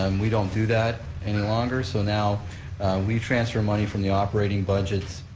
um we don't do that any longer, so now we transfer money from the operating budgets,